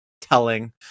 telling